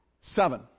Seven